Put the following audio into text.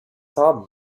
haben